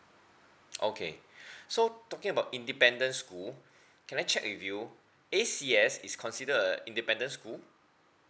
okay so talking about independent school can I check with you A_C_S is consider a independent school